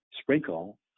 sprinkle